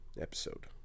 episode